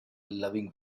loving